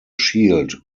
shield